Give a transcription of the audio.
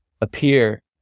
appear